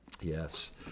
Yes